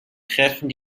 treffen